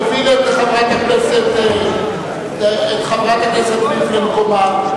תוביל את חברת הכנסת וילף למקומה.